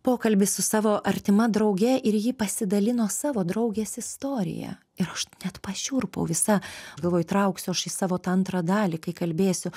pokalbį su savo artima drauge ir ji pasidalino savo draugės istorija ir aš net pašiurpau visa aš galvoju įtrauksiu aš į savo tą antrą dalį kai kalbėsiu